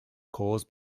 caused